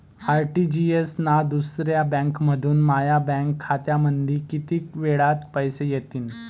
RTGS न दुसऱ्या बँकेमंधून माया बँक खात्यामंधी कितीक वेळातं पैसे येतीनं?